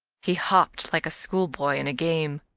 he hopped like a schoolboy in a game.